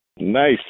Nice